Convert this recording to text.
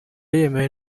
yemewe